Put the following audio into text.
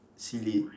silly